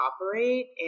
operate